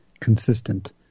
consistent